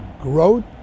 growth